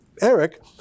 Eric